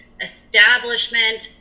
establishment